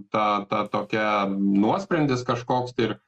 ta ta tokią nuosprendis kažkoks tir